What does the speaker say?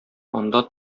анда